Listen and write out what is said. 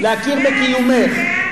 להכיר בקיומך.